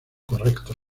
correcto